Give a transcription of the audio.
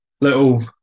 little